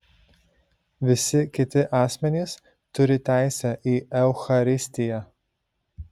visi kiti asmenys turi teisę į eucharistiją